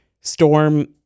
Storm